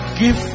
give